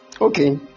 Okay